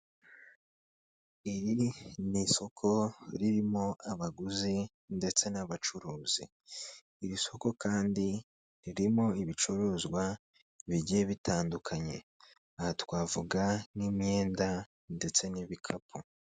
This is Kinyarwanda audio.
Iri ni isoko ririmo abaguzi ndetse n'abacuruzi, iri soko kandi ririmo ibicuruzwa bigiye bitandukanye, aha twavuga nk'imyenda ndetse n'ibikapu.